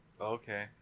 okay